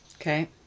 Okay